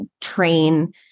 train